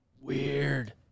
weird